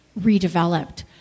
redeveloped